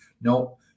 No